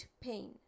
pain